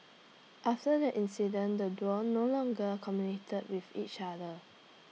after the incident the duo no longer communicated with each other